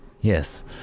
Yes